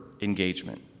engagement